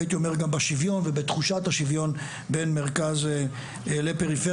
והייתי אומר גם בשוויון ובתחושת השוויון בין מרכז לפריפריה,